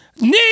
need